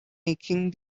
making